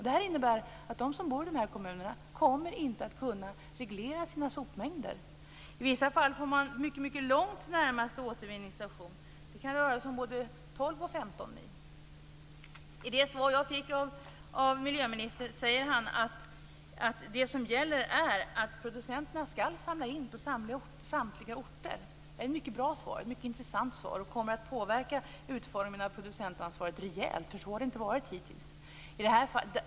Det innebär att de som bor i dessa kommuner inte kommer att kunna reglera sina sopmängder. I vissa fall får man mycket långt till närmaste återvinningsstation. Det kan röra sig om både 12 och 15 mil. I det svar jag fick av miljöministern säger han att det som gäller är att producenterna skall samla in på samtliga orter. Det är ett mycket bra och intressant svar som kommer att påverka utformningen av producentansvaret rejält. Så har det nämligen inte varit hittills.